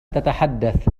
تتحدث